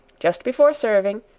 just before serving,